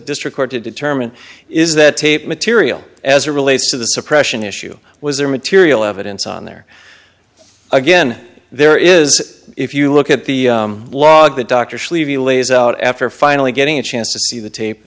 district court to determine is that tape material as a relates to the suppression issue was there material evidence on there again there is if you look at the blog the doctor sleeve you lays out after finally getting a chance to see the tape